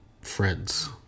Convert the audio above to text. friends